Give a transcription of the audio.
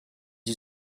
you